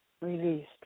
released